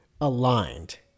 aligned